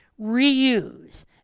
reuse